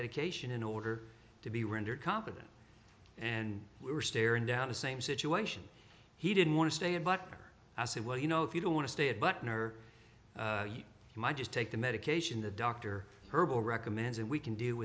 medication in order to be rendered competent and we were staring down the same situation he didn't want to stay in but i said well you know if you don't want to stay at butner you might just take the medication that dr herbal recommends and we can do